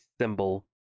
symbol